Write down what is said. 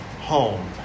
home